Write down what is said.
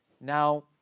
Now